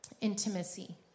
Intimacy